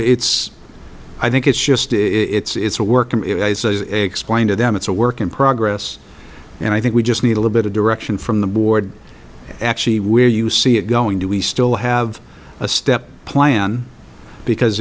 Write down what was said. it's i think it's just it's a work of explain to them it's a work in progress and i think we just need a little bit of direction from the board actually where you see it going to we still have a step plan because